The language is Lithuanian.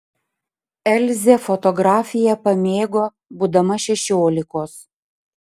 elzė fotografiją pamėgo būdama šešiolikos